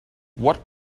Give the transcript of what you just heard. what